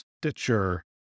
Stitcher